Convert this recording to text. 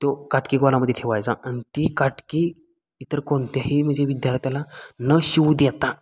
तो काटकी गोलामध्ये ठेवायचा आणि ती काटकी इतर कोणत्याही म्हणजे विद्यार्थ्याला न शिवू देता